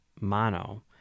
mono